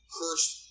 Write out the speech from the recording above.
cursed